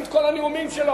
קחי את כל הנאומים שלו.